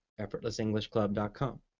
EffortlessEnglishClub.com